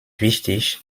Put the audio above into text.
wichtig